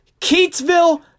Keatsville